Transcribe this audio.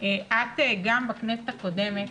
את גם בכנסת הקודמת